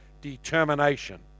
determination